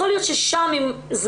יכולים גם להיות נערים ונערות שעדיין לא